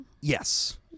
Yes